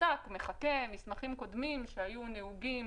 מחקה מסמכים קודמים שהיו נהוגים